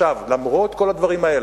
למרות כל הדברים האלה,